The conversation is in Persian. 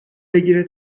بگیره